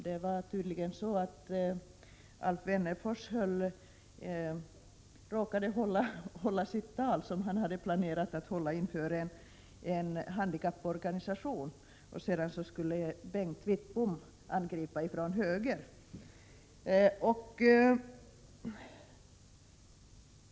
Det var tydligen så att Alf Wennerfors råkade hålla det tal som han hade planerat att hålla inför en handikapporganisation, och sedan skulle Bengt Wittbom angripa från höger.